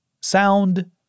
sound